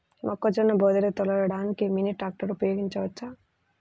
మొక్కజొన్న బోదెలు తోలడానికి మినీ ట్రాక్టర్ ఉపయోగించవచ్చా?